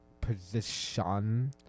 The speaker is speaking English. position